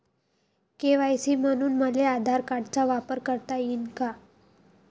KYC म्हनून मले आधार कार्डाचा वापर करता येईन का?